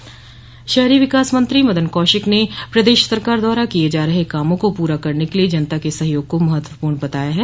सहयोग शहरी विकास मंत्री मदन कौशिक ने प्रदेश सरकार द्वारा किए जा रहे कामों को पूरा करने के लिए जनता के सहयोग को महत्वपूर्ण बताया है